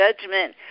judgment